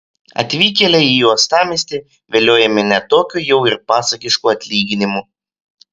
atvykėliai į uostamiestį viliojami ne tokiu jau ir pasakišku atlyginimu